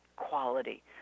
quality